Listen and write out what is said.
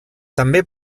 també